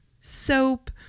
soap